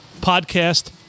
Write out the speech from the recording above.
podcast